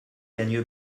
gagne